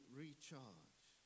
recharge